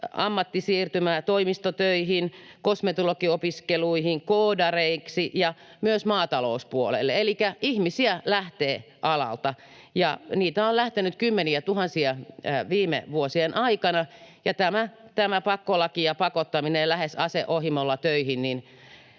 ammattisiirtymää: toimistotöihin, kosmetologiopiskeluihin, koodareiksi ja myös maatalouspuolelle. Elikkä ihmisiä lähtee alalta, ja heitä on lähtenyt kymmeniätuhansia viime vuosien aikana, ja tämä pakkolaki ja pakottaminen lähes ase ohimolla töihin